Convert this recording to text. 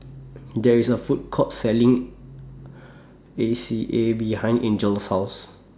There IS A Food Court Selling A C A behind Angel's House